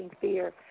fear